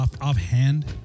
offhand